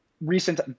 recent